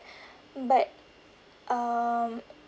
but um